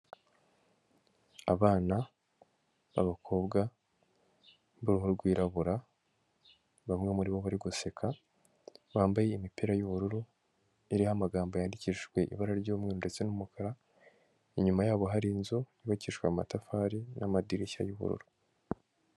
Abana b'abakobwa b'uruhu rwirabura bamwe muri bo bari guseka. Bambaye imipira y'ubururu, iriho amagambo yandikishijwe ibara ry'umweru ndetse n'umukara. Inyuma yabo hari inzu yubakishijwe amatafari n'amadirishya y'ubururu.